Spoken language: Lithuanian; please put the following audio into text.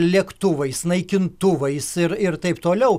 lėktuvais naikintuvais ir ir taip toliau